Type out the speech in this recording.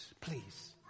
please